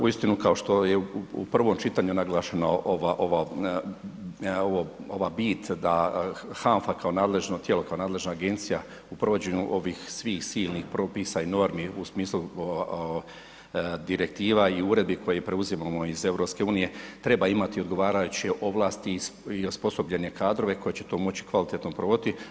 Uistinu kao što je u prvom čitanju naglašeno ova bit da HANFA kao nadležno tijelo, kao nadležna agencija u provođenju svih ovih silnih propisa i normi u smislu direktiva i uredbi koje preuzimamo iz EU treba imati odgovarajuće ovlasti i osposobljene kadrove koji će to moći kvalitetno provoditi.